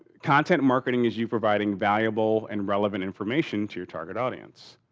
content marketing is you providing valuable and relevant information to your target audience.